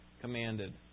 commanded